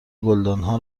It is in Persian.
گلدانها